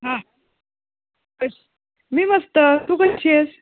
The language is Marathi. हां कशी मी मस्त तू कशी आहेस